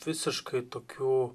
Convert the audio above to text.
visiškai tokių